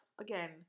again